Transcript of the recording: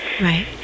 Right